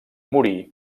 morí